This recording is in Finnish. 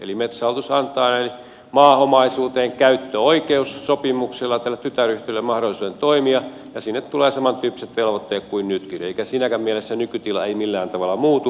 metsähallitus antaa käyttöoikeussopimuksella maaomaisuuteen tälle tytäryhtiölle mahdollisuuden toimia ja sinne tulee samantyyppiset velvoitteet kuin nytkin elikkä siinäkään mielessä nykytila ei millään tavalla muutu